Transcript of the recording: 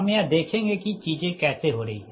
हम यह देखेंगे कि चीजें कैसे हो रही हैं